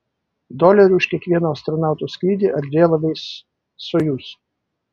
dolerių už kiekvieno astronauto skrydį erdvėlaiviais sojuz